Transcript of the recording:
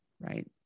right